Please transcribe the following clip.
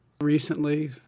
recently